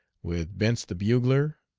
with bentz the bugler,